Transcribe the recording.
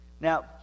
Now